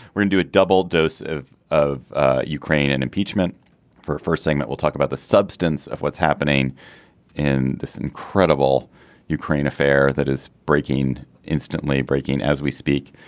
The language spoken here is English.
we're into a double dose of of ah ukraine and impeachment for a first thing that we'll talk about the substance of what's happening in this incredible ukraine affair that is breaking instantly breaking as we speak.